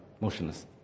motionless